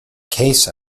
case